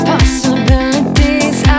Possibilities